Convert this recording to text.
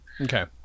okay